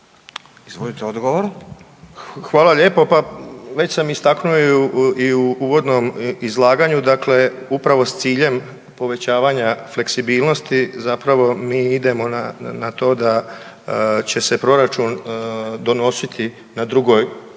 Stipe** Hvala lijepo. Pa već sam istaknuo i u uvodnom izlaganju, dakle upravo s ciljem povećavanja fleksibilnosti, zapravo mi idemo na to da će se proračun donositi na drugoj skupini